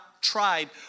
tried